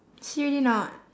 see already or not